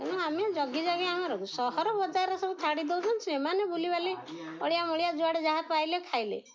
ଆମେ ଜଗି ଜଗି ଆମର ସହର ବଜାରରେ ସବୁ ଛାଡ଼ି ଦେଉଛନ୍ତି ସେମାନେ ବୁଲି ବାଲି ଅଳିଆ ମଳିଆ ଯୁଆଡ଼େ ଯାହା ପାଇଲେ ଖାଇଲେ